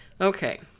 Okay